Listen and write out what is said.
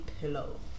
pillow